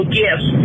gifts